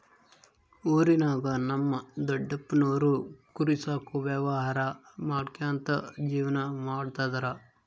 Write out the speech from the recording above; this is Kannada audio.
ಊರಿನಾಗ ನಮ್ ದೊಡಪ್ಪನೋರು ಕುರಿ ಸಾಕೋ ವ್ಯವಹಾರ ಮಾಡ್ಕ್ಯಂತ ಜೀವನ ಮಾಡ್ತದರ